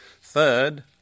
Third